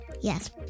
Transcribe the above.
Yes